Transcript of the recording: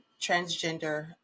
transgender